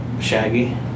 Shaggy